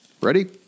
Ready